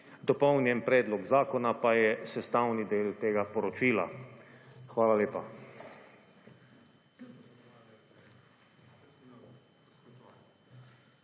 Dopolnjen predlog zakona pa je sestavni del tega poročila. Hvala lepa.